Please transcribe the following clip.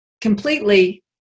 completely